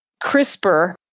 CRISPR